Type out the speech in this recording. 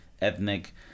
ethnic